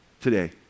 today